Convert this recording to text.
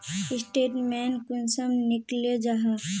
Statement कुंसम निकले जाहा?